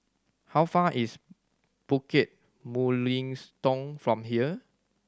how far is Bukit Mugliston from here